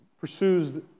Pursues